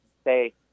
stay